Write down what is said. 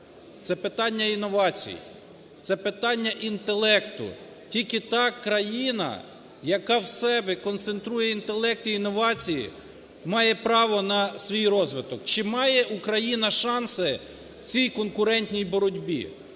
Це питання інновацій, це питання інтелекту. Тільки та країна, яка в себе концентрує інтелект і інновації, має право на свій розвиток. Чи має Україна шанси в цій конкурентній боротьбі?